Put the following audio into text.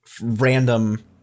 random